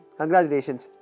congratulations